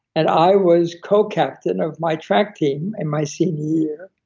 and i was co-captain of my track team in my senior year.